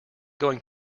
going